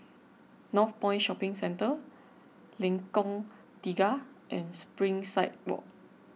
Northpoint Shopping Centre Lengkong Tiga and Springside Walk